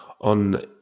on